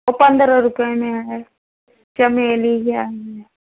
पंद्रह रुपये में है चमेली का